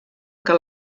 que